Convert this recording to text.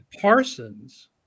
Parsons